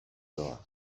doa